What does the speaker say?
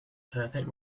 perfect